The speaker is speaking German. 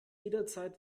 jederzeit